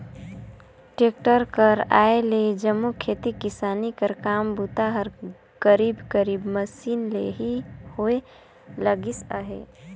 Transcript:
tractor कर आए ले जम्मो खेती किसानी कर काम बूता हर करीब करीब मसीन ले ही होए लगिस अहे